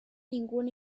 ningún